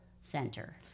center